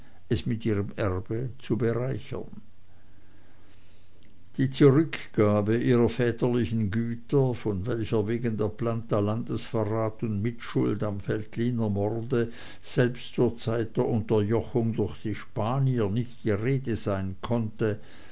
es mit ihrem erbe zu bereichern die zurückgabe ihrer väterlichen güter von welcher wegen der planta landesverrat und mitschuld am veltlinermorde selbst zur zeit der unterjochung durch die spanier nicht die rede sein konnte